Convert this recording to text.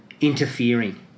interfering